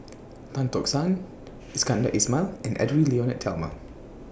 Tan Tock San Iskandar Ismail and Edwy Lyonet Talma